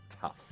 Tough